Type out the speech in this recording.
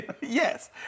Yes